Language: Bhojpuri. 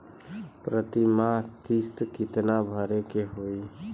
प्रति महीना किस्त कितना भरे के होई?